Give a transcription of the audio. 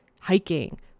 Hiking